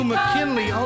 McKinley